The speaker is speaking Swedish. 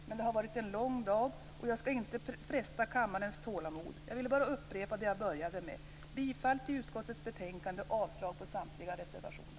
Men det har varit en lång dag, och jag skall inte fresta kammarens tålamod. Jag vill bara upprepa det jag började med: Bifall till utskottets betänkande och avslag på samtliga reservationer.